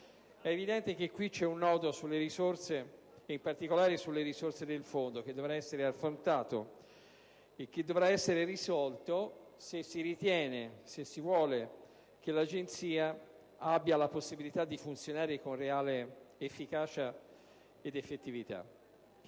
È evidente che qui c'è un nodo sulle risorse - in particolare sulle risorse del fondo - che dovrà essere affrontato e risolto, se si vuole che l'Agenzia abbia la possibilità di funzionare con reale efficacia ed effettività.